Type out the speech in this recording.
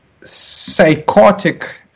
psychotic